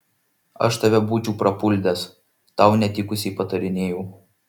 aš tave būčiau prapuldęs tau netikusiai patarinėjau